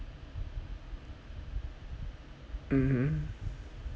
mmhmm